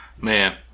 Man